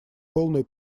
полную